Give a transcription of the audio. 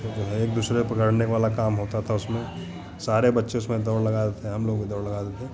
तो जो है एक दूसरे को पकड़ने वाला काम होता था उसमें सारे बच्चे उसमें दौड़ लगाते थे हमलोग भी दौड़ लगाते थे